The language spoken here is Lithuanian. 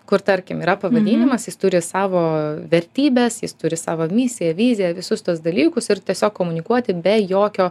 kur tarkim yra pavadinimas jis turi savo vertybes jis turi savo misiją viziją visus tuos dalykus ir tiesiog komunikuoti be jokio